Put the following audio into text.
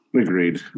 Agreed